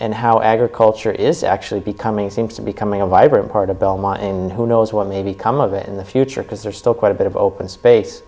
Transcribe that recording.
and how agriculture is actually becoming seems to becoming a vibrant part of belmont and who knows what may become of it in the future because there's still quite a bit of open space